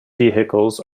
vehicles